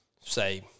say